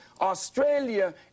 Australia